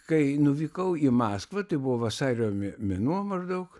kai nuvykau į maskvą tai buvo vasario mė mėnuo maždaug